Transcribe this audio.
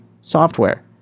software